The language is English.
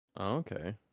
Okay